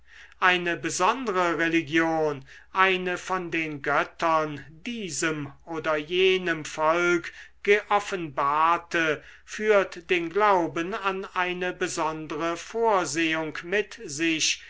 eine besondre religion eine von den göttern diesem oder jenem volk geoffenbarte führt den glauben an eine besondre vorsehung mit sich